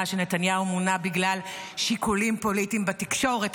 שנתניהו מונע בגלל שיקולים פוליטיים בתקשורת,